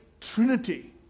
Trinity